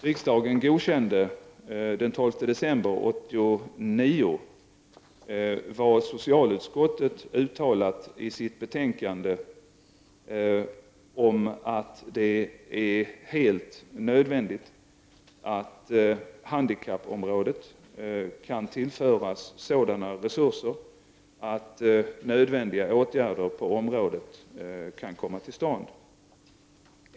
Riksdagen godkände den 12 december 1989 (rskr. 1989 90:S0U13 Vissa frågor rörande äldre och handikappade uttalat om att det är helt nödvändigt att handikappområdet kan tillföras sådana resurser att nödvändiga åtgärder på området kan komma till stånd.